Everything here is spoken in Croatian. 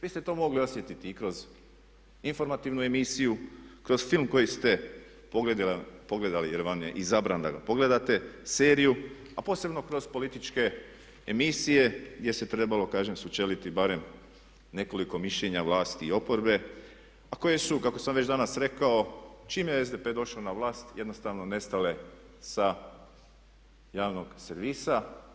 Vi ste to mogli osjetiti i kroz informativnu emisiju, kroz film koji ste pogledali jer vam je izabran da ga pogledate, seriju a posebno kroz političke emisije gdje se trebalo kažem sučeliti barem nekoliko mišljenja vlasti i oporbe a koje su kako sam već danas rekao čim je SDP došao na vlast jednostavno nestale sa javnog servisa.